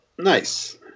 nice